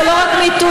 זה לא רק MeToo,